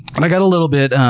and i got a little bit